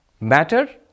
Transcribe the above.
Matter